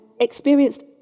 experienced